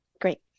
great